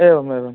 एवम् एवं